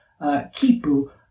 Kipu